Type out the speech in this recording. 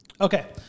Okay